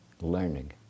learning